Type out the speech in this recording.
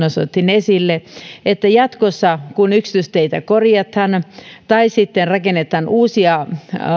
esille että jatkossa kun yksityisteitä korjataan tai sitten rakennetaan uusia